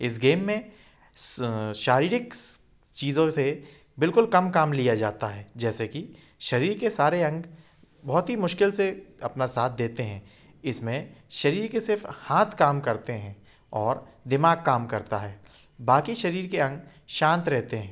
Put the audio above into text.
इस गेम में शारीरिक चीज़ों से बिल्कुल कम काम लिया जाता है जैसे कि शरीर के सारे अंग बहुत मुश्किल से अपना साथ देते हैं इसमें शरीर के सिर्फ़ हाथ काम करते हैं और दिमाग़ काम करता है बाक़ी शरीर के अंग शांत रहते हैं